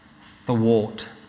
thwart